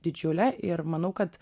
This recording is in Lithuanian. didžiulė ir manau kad